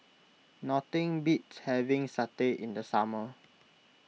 nothing beats having satay in the summer